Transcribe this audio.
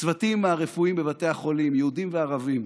הצוותים הרפואיים בבתי החולים, יהודים וערבים,